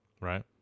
Right